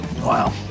Wow